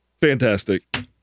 fantastic